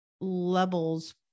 levels